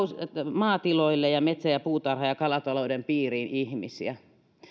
maatiloille ja metsä ja puutarha ja kalatalouden piiriin ihmisiä